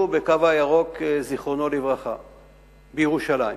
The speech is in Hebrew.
ב"קו הירוק" זיכרונו לברכה בירושלים,